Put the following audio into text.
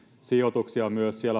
sijoituksia